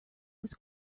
was